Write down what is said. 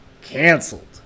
Cancelled